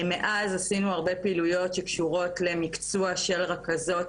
מאז עשינו הרבה פעילויות שקשורות למקצוע של רכזות.